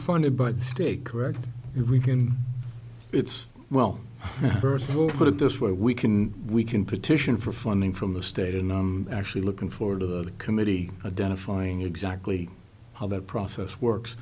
funded by the state correct if we can it's well first of all put it this way we can we can petition for funding from the state and actually looking forward to the committee identifying exactly how that process works